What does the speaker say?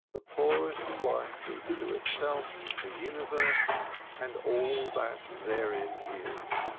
the poorest life is to itself the universe and all that therein is,